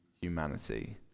humanity